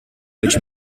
which